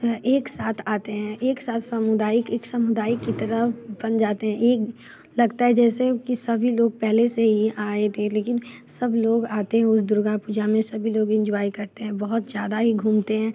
एक साथ आते हैं एक साथ सामुदायिक एक समुदाय की तरह बन जाते हैं एक लगता है जैसे कि सभी लोग पहले से ही आए थे लेकिन सब लोग आते उस दुर्गा पूजा में सभी लोग इंजॉय करते हैं बहुत ज़्यादा ही घूमते हैं